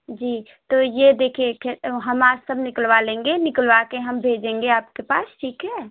जी तो ये देखिए हम आज सब निकलवा लेंगे निकलवा के हम भेज देंगे आपके पास ठीक है